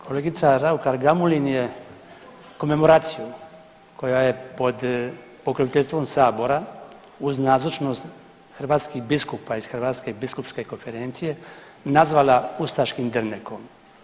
Kolegica Raukar Gamulin je komemoraciju koja je pod pokroviteljstvom sabora uz nazočnost hrvatskih biskupa iz Hrvatske biskupske konferencije nazvala ustaškim dernekom.